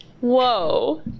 whoa